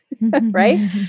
right